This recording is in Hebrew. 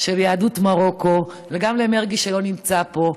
של יהדות מרוקו, וגם למרגי, שלא נמצא פה.